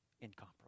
Incomparable